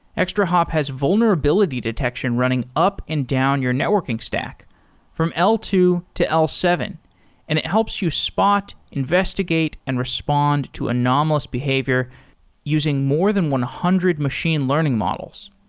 extrahop has vulnerability detection running up and down your networking stock from l two to l seven and it helps you spot, investigate and respond to anomalous behavior using more than one hundred machine learning models.